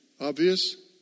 obvious